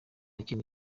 kintu